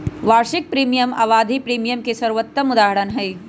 वार्षिक प्रीमियम आवधिक प्रीमियम के सर्वोत्तम उदहारण हई